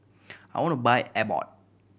I want to buy Abbott